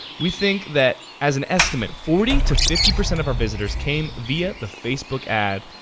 we think that, as an estimate, forty to fifty percent of our visitors came via the facebook ad.